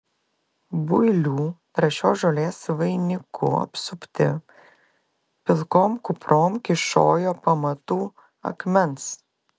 builių trąšios žolės vainiku apsupti pilkom kuprom kyšojo pamatų akmens